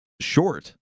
short